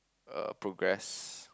err progress